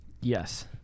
Yes